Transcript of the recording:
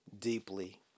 deeply